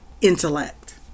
intellect